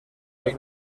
els